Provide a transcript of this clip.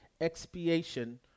expiation